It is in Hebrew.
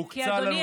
הוקצה לנושא,